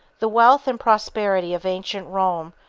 the wealth and prosperity of ancient rome,